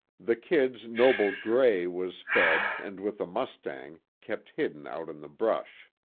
the kid's noble gray was fed and with a mustang, kept hidden out in the brush.